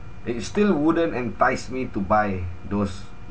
it still wouldn't entice me to buy those